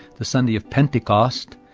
the sunday of pentecost,